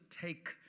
take